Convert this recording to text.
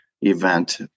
event